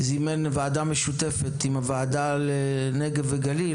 זימן ועדה משותפת עם הוועדה לנגב וגליל